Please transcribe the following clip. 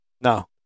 No